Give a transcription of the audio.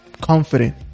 confident